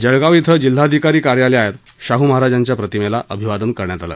जळगाव इथं जिल्हाधिकारी कार्यालयात शाहू महाराजांच्या प्रतिमेला अभिवादन करण्यात आलं